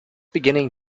beginning